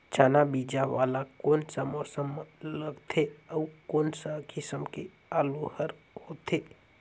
चाना बीजा वाला कोन सा मौसम म लगथे अउ कोन सा किसम के आलू हर होथे?